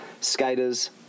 skaters